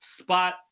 spot